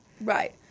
Right